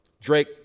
Drake